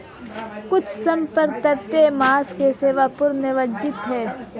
कुछ सम्प्रदायों में मांस का सेवन पूर्णतः वर्जित है